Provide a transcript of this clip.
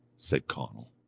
said conall.